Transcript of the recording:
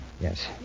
Yes